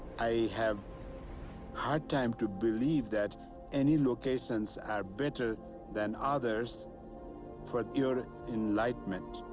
i have hard time to believe that any locations are better than others for your enlightenment.